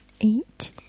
Eight